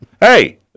Hey